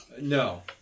No